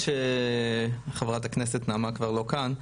חבל שחברת הכנסת נעמה כבר לא כאן.